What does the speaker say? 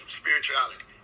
spirituality